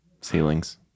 ceilings